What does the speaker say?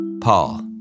Paul